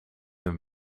een